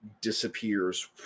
Disappears